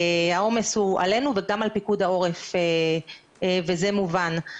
העומס הוא עלינו וגם על פיקוד העורף, וזה מובן.